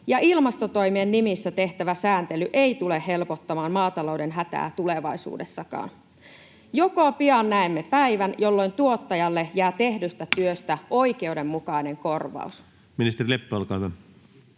ja ilmastotoimien nimissä tehtävä sääntely ei tule helpottamaan maatalouden hätää tulevaisuudessakaan. Joko pian näemme päivän, jolloin tuottajalle jää tehdystä työstä